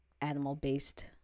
animal-based